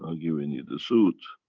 ah you and you the suit.